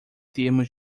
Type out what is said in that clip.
termos